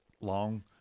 long